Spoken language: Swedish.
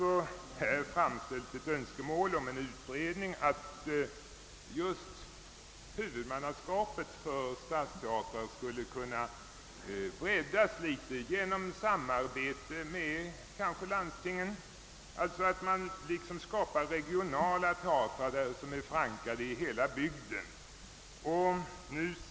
Vi har framställt ett önskemål om en utredning för att huvudmannaskapet för stadsteatrar skall kunna breddas, kanske genom samarbete med landstingen. Man skulle kunna skapa regionala teatrar, förankrade i hela bygden.